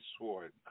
sword